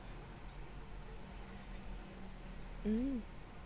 mm